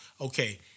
Okay